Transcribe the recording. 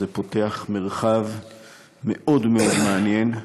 זה פותח מרחב מאוד מאוד מעניין,